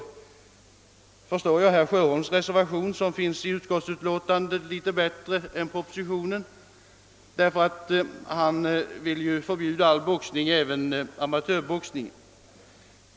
Då förstår jag herr Sjöholms reservation litet bättre; han vill ju förbjuda all boxning, även amatörboxningen.